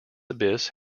abyss